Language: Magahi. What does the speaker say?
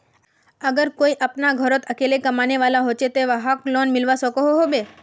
अगर कोई अपना घोरोत अकेला कमाने वाला होचे ते वाहक लोन मिलवा सकोहो होबे?